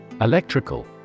Electrical